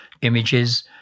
images